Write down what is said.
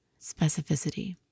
Specificity